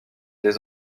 les